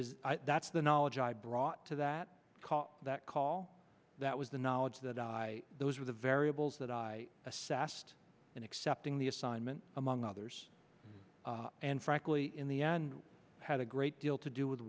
is that's the knowledge i brought to that call that call that was the knowledge that those were the variables that i assessed in accepting the assignment among others and frankly in the end had a great deal to do with